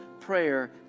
prayer